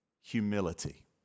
humility